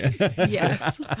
Yes